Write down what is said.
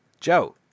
Joe